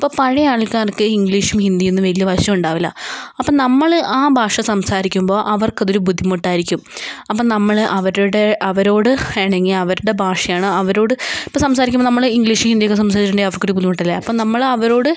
അപ്പം പഴയ ആൾക്കാർക്ക് ഇംഗ്ലീഷും ഹിന്ദിയും ഒന്നും വലിയ വശം ഉണ്ടാവില്ല അപ്പം നമ്മള് ആ ഭാഷ സംസാരിക്കുമ്പോൾ അവർക്കതൊരു ബുദ്ധിമുട്ടായിരിക്കും അപ്പം നമ്മള് അവരുടെ അവരോട് വേണമെങ്കിൽ അവരുടെ ഭാഷയാണ് അവരോട് ഇപ്പം സംസാരിക്കുമ്പം നമ്മള് ഇംഗ്ലീഷ് ഹിന്ദി ഒക്കെ സംസാരിച്ചിട്ടുടെങ്കില് അവർക്കൊരു ബുദ്ധിമുട്ടല്ലേ അപ്പോൾ നമ്മള് അവരോട്